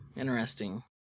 Interesting